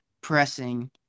pressing